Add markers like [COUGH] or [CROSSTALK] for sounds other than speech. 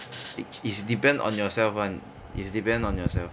[NOISE] it's depend on yourself [one] it's depend on yourself